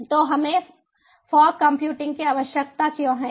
तो हमें fog computing की आवश्यकता क्यों है